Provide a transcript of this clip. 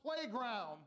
playground